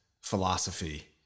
philosophy